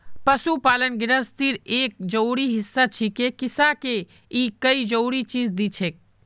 पशुपालन गिरहस्तीर एक जरूरी हिस्सा छिके किसअ के ई कई जरूरी चीज दिछेक